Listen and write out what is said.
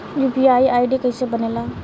UPI ID कैसे बनेला?